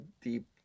deep